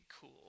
cool